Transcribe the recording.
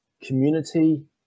community